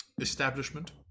establishment